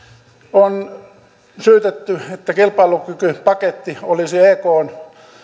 on syytetty että kilpailukykypaketti olisi ekn